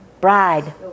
Bride